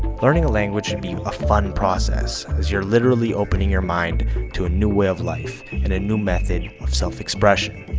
learning a language should be a fun process, as you're literally opening your mind to a new way of life, and a new method of self-expression.